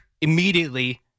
immediately